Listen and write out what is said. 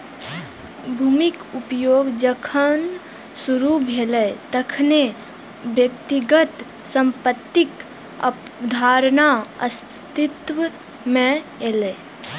भूमिक उपयोग जखन शुरू भेलै, तखने व्यक्तिगत संपत्तिक अवधारणा अस्तित्व मे एलै